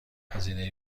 هزینه